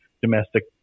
domestic